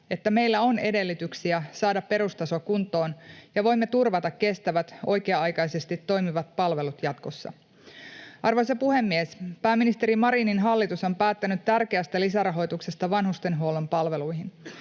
jotta meillä on edellytyksiä saada perustaso kuntoon ja voimme turvata kestävät, oikea-aikaisesti toimivat palvelut jatkossa. Arvoisa puhemies! Pääministeri Marinin hallitus on päättänyt tärkeästä lisärahoituksesta vanhustenhuollon palveluihin.